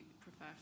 prefer